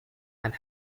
and